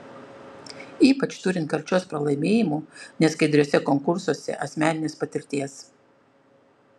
ypač turint karčios pralaimėjimų neskaidriuose konkursuose asmeninės patirties